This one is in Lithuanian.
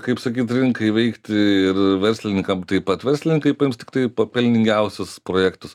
kaip sakyt rinkai veikti ir verslininkam taip pat verslininkai paims tiktai pelningiausius projektus